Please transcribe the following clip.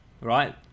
Right